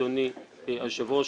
אדוני היושב-ראש,